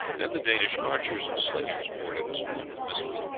then the danish archers and slingers poured in a storm of missiles,